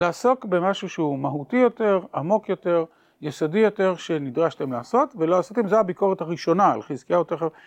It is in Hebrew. תעסוק במשהו שהוא מהותי יותר, עמוק יותר, יסודי יותר, שנדרשתם לעשות ולא עשיתם, זו הביקורת הראשונה על חזקיהו, תכף...